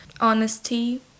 honesty